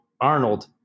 Arnold